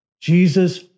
Jesus